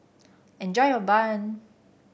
enjoy your bun